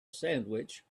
sandwich